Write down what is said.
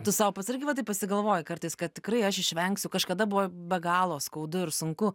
tu sau pats irgi vat taip pasigalvoji kartais kad tikrai aš išvengsiu kažkada buvo be galo skaudu ir sunku